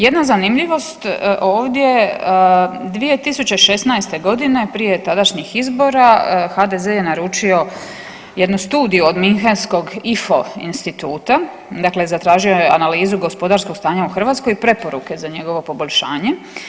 Jedna zanimljivost ovdje, 2016.g. prije tadašnjih izbora HDZ je naručio jednu studiju od München-skog Ifo instituta, dakle zatražio je Analizu gospodarskog stanja u Hrvatskoj i preporuke za njegovo poboljšanje.